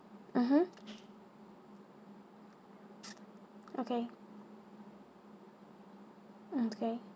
mmhmm okay okay okay